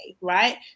right